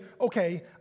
okay